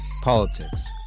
Politics